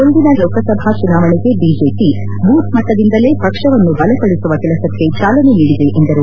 ಮುಂದಿನ ಲೋಕಸಭಾ ಚುನಾವಣೆಗೆ BJP booth ಮಟ್ಟದಿಂದಲೇ ಪಕ್ಷವನ್ನು ಬಲಪಡಿಸುವ ಕೆಲಸಕ್ಕೆ ಚಾಲನೆ ನೀಡಿದೆ ಎಂದರು